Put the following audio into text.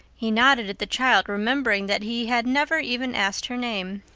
he nodded at the child, remembering that he had never even asked her name.